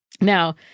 Now